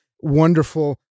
wonderful